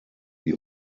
die